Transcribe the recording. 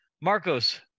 Marcos